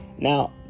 Now